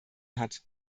hat